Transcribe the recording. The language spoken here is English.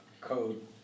code